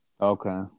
Okay